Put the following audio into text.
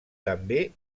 també